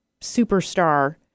superstar